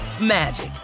magic